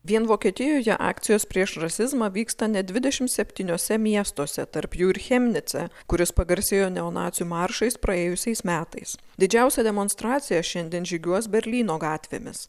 vien vokietijoje akcijos prieš rasizmą vyksta net dvidešim septyniuose miestuose tarp jų ir chemnice kuris pagarsėjo neonacių maršais praėjusiais metais didžiausia demonstracija šiandien žygiuos berlyno gatvėmis